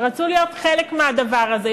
שרצו להיות חלק מהדבר הזה,